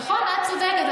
נכון, את צודקת.